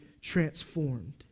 transformed